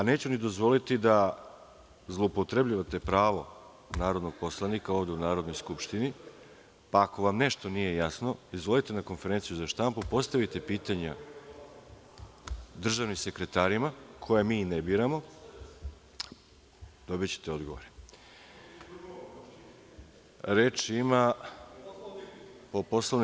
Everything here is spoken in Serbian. Neću ni dozvoliti da zloupotrebljavate pravo narodnih poslanika ovde u Narodnoj skupštini, pa ako vam nešto nije jasno, izvolite na konferenciju za štampu, postavite pitanja državnim sekretarima koje mi ne biramo i dobićete odgovore.